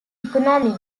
economy